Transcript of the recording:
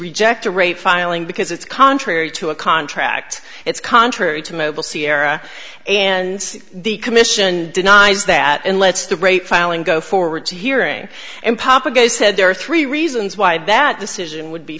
reject a rate filing because it's contrary to a contract it's contrary to mobil sierra and the commission denies that and lets the great filing go forward to hearing and papago said there are three reasons why that decision would be